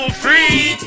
free